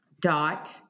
dot